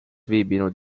viibinud